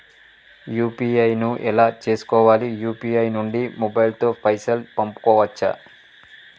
UPI ను ఎలా చేస్కోవాలి యూ.పీ.ఐ నుండి మొబైల్ తో పైసల్ పంపుకోవచ్చా?